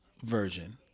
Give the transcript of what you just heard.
version